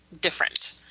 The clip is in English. different